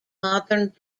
modern